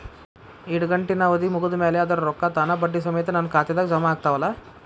ಇಡಗಂಟಿನ್ ಅವಧಿ ಮುಗದ್ ಮ್ಯಾಲೆ ಅದರ ರೊಕ್ಕಾ ತಾನ ಬಡ್ಡಿ ಸಮೇತ ನನ್ನ ಖಾತೆದಾಗ್ ಜಮಾ ಆಗ್ತಾವ್ ಅಲಾ?